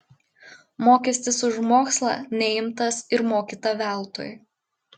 mokestis už mokslą neimtas ir mokyta veltui